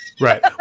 Right